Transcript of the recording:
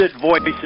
Voices